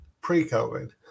pre-COVID